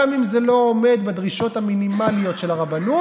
גם אם זה לא עומד בדרישות המינימליות של הרבנות,